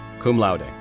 cum laude,